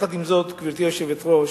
עם זאת, גברתי היושבת-ראש,